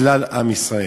כלל עם ישראל.